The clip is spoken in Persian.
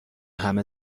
همه